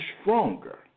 stronger